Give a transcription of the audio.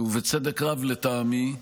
ובצדק רב, לטעמי,